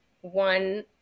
one